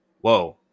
Whoa